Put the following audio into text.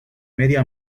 medio